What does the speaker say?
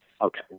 okay